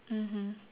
mmhmm